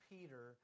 Peter